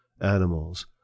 animals